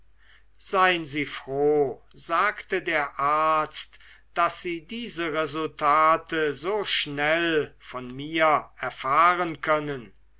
sein sie froh sagte der arzt daß sie diese resultate so schnell von mir erfahren können